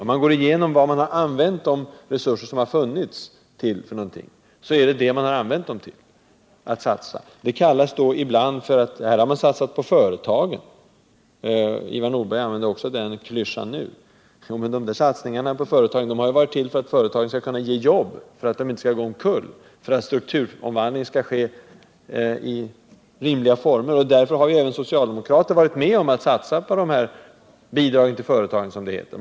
Om man går igenom vad de tillgängliga resurserna används till, så finner man att det är dessa ändamål som har satts främst. Det talas då ibland om satsningar på företagen — Ivar Nordberg använde den klyschan även nu. Men de där satsningarna på företagen har ju varit till för att företagen skall kunna ge jobb, för att de inte skall gå omkull, för att strukturomvandlingen skall ske i rimliga former. Därför har ju även socialdemokrater varit med om att satsa på dessa ”bidrag till företagen” , som det heter.